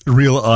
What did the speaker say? real